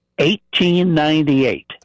1898